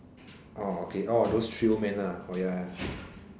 orh okay orh those three old men lah ah ya ya